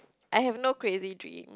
I have no crazy dream